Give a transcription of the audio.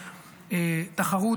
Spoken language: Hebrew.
תחרות,